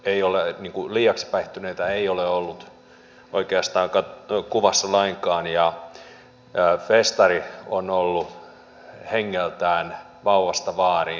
ei ole niin liiaksi päihtyneitä ei ole ollut oikeastaan kuvassa lainkaan ja festari on ollut hengeltään vauvasta vaariin